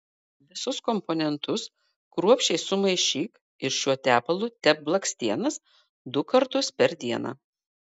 visus komponentus kruopščiai sumaišyk ir šiuo tepalu tepk blakstienas du kartus per dieną